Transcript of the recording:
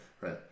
Right